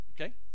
Okay